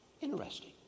Interesting